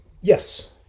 yes